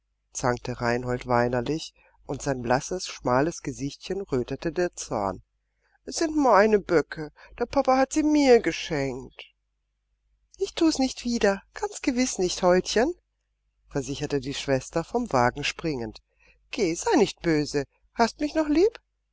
zankte reinhold weinerlich und sein blasses schmales gesichtchen rötete der zorn es sind meine böcke der papa hat sie mir geschenkt ich thu's nicht wieder ganz gewiß nicht holdchen versicherte die schwester vom wagen springend geh sei nicht böse hast mich noch lieb